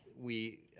we,